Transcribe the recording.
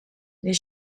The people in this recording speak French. les